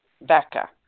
Becca